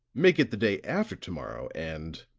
make it the day after to-morrow, and,